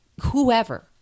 whoever